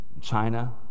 China